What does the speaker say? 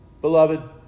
Beloved